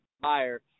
buyer